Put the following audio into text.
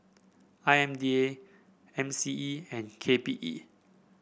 I M D A M C E and K P E